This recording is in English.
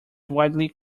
widely